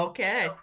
Okay